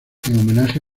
homenaje